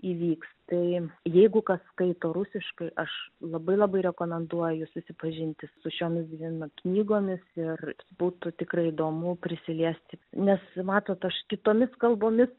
įvyks tai jeigu kas skaito rusiškai aš labai labai rekomenduoju susipažinti su šiomis dvim knygomis ir būtų tikrai įdomu prisiliesti nes matot aš kitomis kalbomis